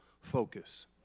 focus